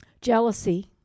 Jealousy